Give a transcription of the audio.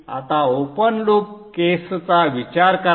आता open loop केसचा विचार करा